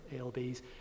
ALBs